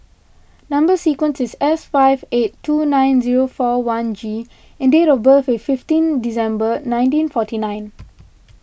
Number Sequence is S five eight two nine zero four one G and date of birth is fifteen December nineteen forty nine